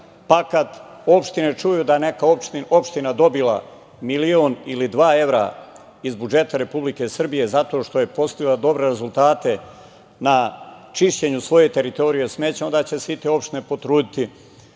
pa kada opštine čuju da je neka opština dobila milion ili dva evra iz budžeta Republike Srbije zato što je postigla dobre rezultate na čišćenju svoje teritorije, onda će se i te opštine potruditi